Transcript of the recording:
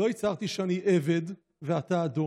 לא הצהרתי שאני עבד ואתה אדון,